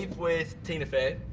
ah with tina fey.